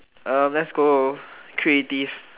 uh let's go creative